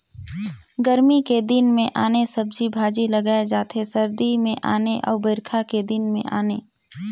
गरमी के दिन मे आने सब्जी भाजी लगाए जाथे सरदी मे आने अउ बइरखा के दिन में आने